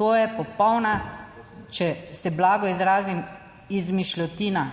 to je popolna, če se blago izrazim, izmišljotina.